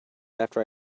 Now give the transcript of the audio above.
after